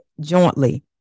jointly